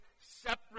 separate